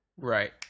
Right